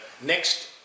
next